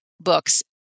books